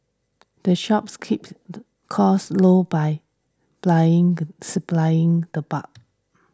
the shops keeps costs low by buying supplies in the bulk